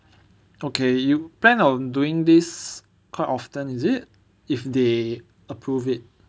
okay you plan on doing this quite often is it if they approve it